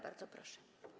Bardzo proszę.